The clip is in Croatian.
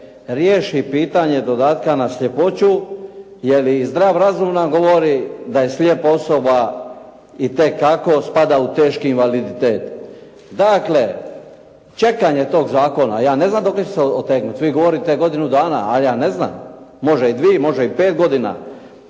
riješi pitanje dodatke na sljepoću, jer i zdrav razum nam govori da je slijepa osoba itekako spada u teški invaliditet. Dakle, čekanje tog zakona, ja ne znam dokle će se otegnuti. Vi govorite godinu dana, a ja ne znam. Može i dvije, može i pet godina.